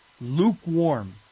lukewarm